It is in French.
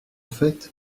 fait